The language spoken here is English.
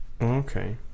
okay